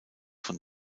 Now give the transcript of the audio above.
von